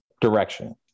direction